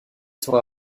sera